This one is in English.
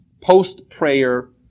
post-prayer